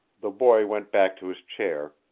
the boy went back to his chair,